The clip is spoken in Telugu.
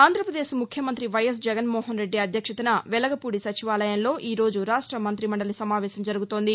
ఆంధ్రపదేశ్ ముఖ్యమంతి వైఎస్ జగన్మోహన్ రెడ్డి అధ్యక్షతన వెలగపూడి సచివాలయంలో ఈరోజు రాష్ట మంతి మండలి సమావేశం జరుగుతోంది